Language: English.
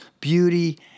beauty